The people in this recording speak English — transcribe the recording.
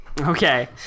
Okay